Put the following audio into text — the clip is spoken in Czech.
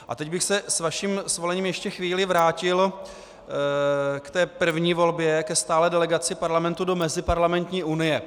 A teď bych se s vaším svolením ještě chvíli vrátil k té první volbě stálé delegace Parlamentu do Meziparlamentní unie.